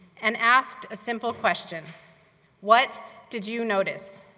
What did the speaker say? and asked a simple question what did you notice?